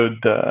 good